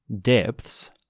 depths